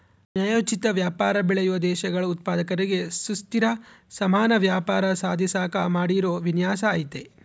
ನ್ಯಾಯೋಚಿತ ವ್ಯಾಪಾರ ಬೆಳೆಯುವ ದೇಶಗಳ ಉತ್ಪಾದಕರಿಗೆ ಸುಸ್ಥಿರ ಸಮಾನ ವ್ಯಾಪಾರ ಸಾಧಿಸಾಕ ಮಾಡಿರೋ ವಿನ್ಯಾಸ ಐತೆ